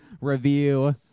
review